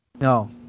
No